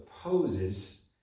poses